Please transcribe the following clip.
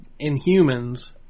Inhumans